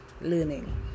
learning